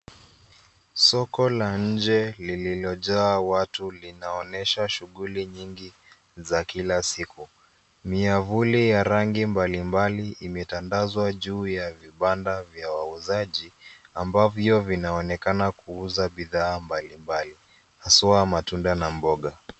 Soko la nje lililojaa watu linaonyesha shughuli nyingi za kila siku. Miavuli ya rangi mbali mbali imetandazwa juu ya vibanda vya wauzaji ambavyo vinaonekana kuuza bidhaa mbali mbali haswaa matunda na mboga